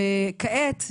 וכעת,